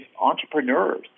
entrepreneurs